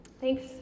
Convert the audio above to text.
Thanks